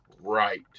Right